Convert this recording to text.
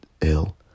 ill